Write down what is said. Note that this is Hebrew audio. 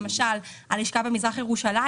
למשל הלשכה במזרח ירושלים,